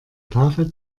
tafel